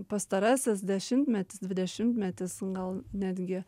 pastarasis dešimtmetis dvidešimtmetis gal netgi